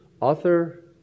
Author